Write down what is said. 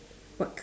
what